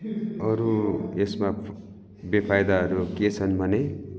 अरू यसमा बेफाइदाहरू के छन् भने